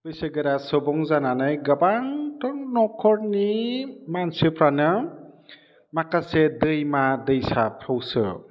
बैसोगोरा सुबुं जानानै गोबांथार नखरनि मानसिफ्रानो माखासे दैमा दैसाखौसो